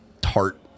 tart